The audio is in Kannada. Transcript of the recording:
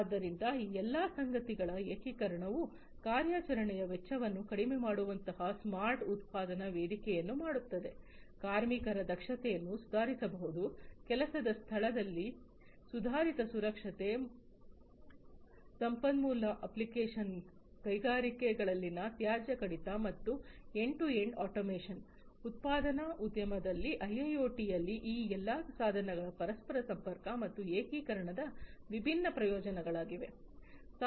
ಆದ್ದರಿಂದ ಈ ಎಲ್ಲ ಸಂಗತಿಗಳ ಏಕೀಕರಣವು ಕಾರ್ಯಾಚರಣೆಯ ವೆಚ್ಚವನ್ನು ಕಡಿಮೆ ಮಾಡುವಂತಹ ಸ್ಮಾರ್ಟ್ ಉತ್ಪಾದನಾ ವೇದಿಕೆಯನ್ನು ಮಾಡುತ್ತದೆ ಕಾರ್ಮಿಕರ ದಕ್ಷತೆಯನ್ನು ಸುಧಾರಿಸಬಹುದು ಕೆಲಸದ ಸ್ಥಳದಲ್ಲಿ ಸುಧಾರಿತ ಸುರಕ್ಷತೆ ಸಂಪನ್ಮೂಲ ಆಪ್ಟಿಮೈಸೇಶನ್ ಕೈಗಾರಿಕೆಗಳಲ್ಲಿನ ತ್ಯಾಜ್ಯ ಕಡಿತ ಮತ್ತು ಎಂಡ್ ಟು ಎಂಡ್ ಆಟೊಮೇಷನ್ ಉತ್ಪಾದನಾ ಉದ್ಯಮದಲ್ಲಿ ಐಐಒಟಿಯಲ್ಲಿ ಈ ಎಲ್ಲಾ ಸಾಧನಗಳ ಪರಸ್ಪರ ಸಂಪರ್ಕ ಮತ್ತು ಏಕೀಕರಣದ ವಿಭಿನ್ನ ಪ್ರಯೋಜನ ಗಳಾಗಿವೆ